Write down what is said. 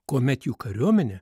kuomet jų kariuomenė